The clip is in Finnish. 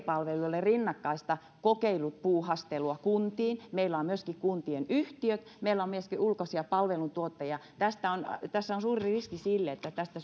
palveluille rinnakkaista kokeilupuuhastelua kuntiin kun meillä on myöskin kuntien yhtiöt ja meillä on myöskin ulkoisia palveluntuottajia tässä on suuri riski että tästä